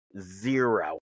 zero